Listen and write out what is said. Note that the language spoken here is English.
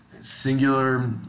singular